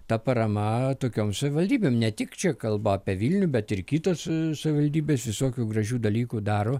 ta parama tokiom savivaldybėm ne tik čia kalbu apie vilnių bet ir kitas savivaldybes visokių gražių dalykų daro